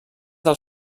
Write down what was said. del